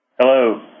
Hello